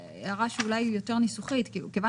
הערה שהיא אולי קצת יותר של נוסח: מכיוון